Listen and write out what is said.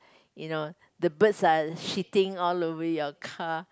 you know the birds are shitting all over your car